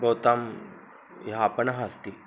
भवतां यः आपणः अस्ति